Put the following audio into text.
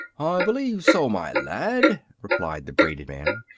i believe so, my lad, replied the braided man.